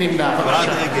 נמנע?